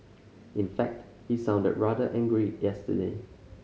in fact he sounded rather angry yesterday